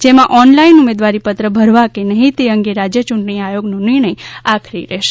જેમાં ઓનલાઇન ઉમેદવારીપત્ર ભરવા કે નહીં તે અંગે રાજય ચૂંટણી આયોગનો નિર્ણય આખરી રહેશે